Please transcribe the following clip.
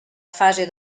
fase